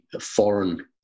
foreign